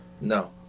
No